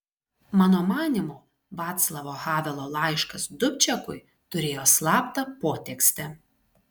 mano manymu vaclavo havelo laiškas dubčekui turėjo slaptą potekstę